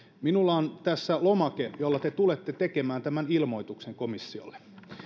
minulla on tässä lomake jolla te tulette tekemään tämän ilmoituksen komissiolle